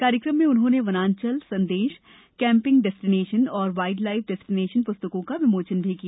कार्यक्रम में उन्होंने वनांचल संदेश कैम्पिंग डेस्टिनेशन और वाईल्डलाईफ डेस्टिनेशन पुस्तकों का विमोचन किया